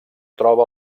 troba